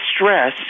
stress